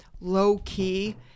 low-key